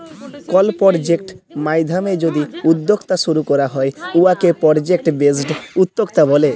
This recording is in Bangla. কল পরজেক্ট মাইধ্যমে যদি উদ্যক্তা শুরু ক্যরা হ্যয় উয়াকে পরজেক্ট বেসড উদ্যক্তা ব্যলে